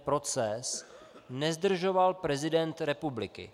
Proces nezdržoval prezident republiky.